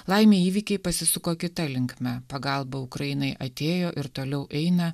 laimė įvykiai pasisuko kita linkme pagalba ukrainai atėjo ir toliau eina